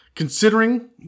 Considering